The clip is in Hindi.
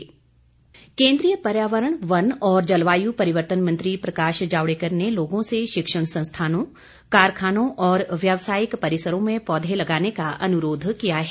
जावडेकर केन्द्रीय पर्यावरण वन और जलवायु परिवर्तन मंत्री प्रकाश जावड़ेकर ने लोगों से शिक्षण संस्थानों कारखानों और व्यवसायिक परिसरों में पौधे लगाने का अनुरोध किया है